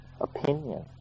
opinion